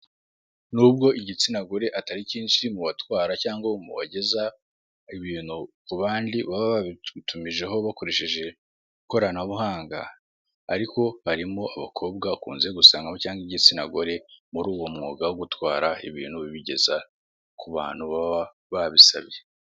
Nubwo igitsinagore atari cyinshi mu batwara cyangwa mu bageza ibintu ku bandi baba babitumijeho bakoresheje ikoranabuhanga, ariko barimo abakobwa ukunze gusangamo cyangwa igitsina gore, muri uwo mwuga wo gutwara ibintu babigeza ku bantu baba babisabye.